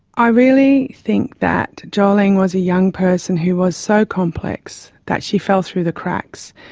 i really think that jolene was a young person who was so complex that she fell through the cracks.